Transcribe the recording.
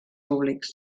públics